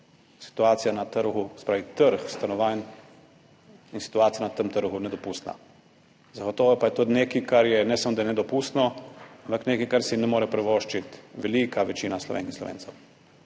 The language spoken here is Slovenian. situacija na trgu, se pravi trg stanovanj in situacija na tem trgu nedopustna. Zagotovo pa je to nekaj, kar je ne samo nedopustno, ampak nekaj, česar si ne more privoščiti velika večina Slovenk in Slovencev.